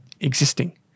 existing